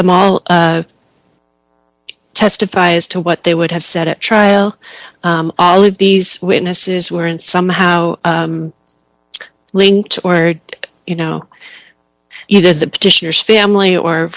them all testify as to what they would have said at trial all of these witnesses were in somehow linked or you know either the petitioners family or